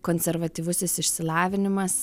konservatyvusis išsilavinimas